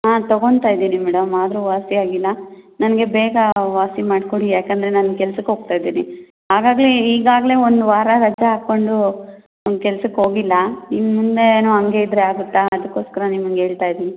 ಹಾಂ ತಗೊಳ್ತಾಯಿದ್ದೀನಿ ಮೇಡಮ್ ಆದರೂ ವಾಸಿಯಾಗಿಲ್ಲ ನನಗೆ ಬೇಗ ವಾಸಿ ಮಾಡಿಕೊಡಿ ಏಕೆಂದ್ರೆ ನಾನು ಕೆಲ್ಸಕ್ಕೆ ಹೋಗ್ತಾಯಿದ್ದೀನಿ ಆಗಾಗಲೇ ಈಗಾಗಲೇ ಒಂದು ವಾರ ರಜೆ ಹಾಕ್ಕೊಂಡು ಕೆಲ್ಸಕ್ಕೆ ಹೋಗಿಲ್ಲ ಇನ್ನು ಮುಂದೆಯೂ ಹಂಗೆ ಇದ್ದರೆ ಆಗುತ್ತಾ ಅದಕ್ಕೋಸ್ಕರ ನಿಮ್ಗೆ ಹೇಳ್ತಾಯಿದ್ದೀನಿ